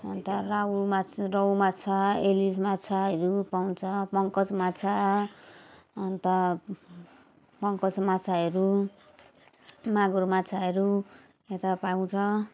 अन्त राहु माछ रहु माछा इलिस माछाहरू पाउँछ पङ्कज माछा अन्त पङ्कज माछाहरू मागुर माछाहरू यता पाउँछ